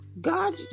God